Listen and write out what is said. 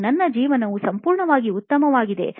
ನನ್ನ ಜೀವನವು ಸಂಪೂರ್ಣವಾಗಿ ಉತ್ತಮವಾಗಿದೆ'